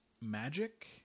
magic